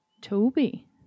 Toby